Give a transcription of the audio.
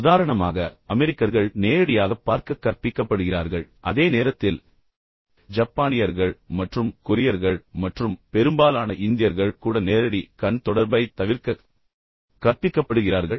உதாரணமாக அமெரிக்கர்கள் நேரடியாகப் பார்க்கக் கற்பிக்கப்படுகிறார்கள் அதே நேரத்தில் ஜப்பானியர்கள் மற்றும் கொரியர்கள் மற்றும் பெரும்பாலான இந்தியர்கள் கூட நேரடி கண் தொடர்பைத் தவிர்க்கக் கற்பிக்கப்படுகிறார்கள்